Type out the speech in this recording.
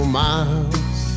miles